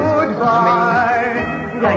Goodbye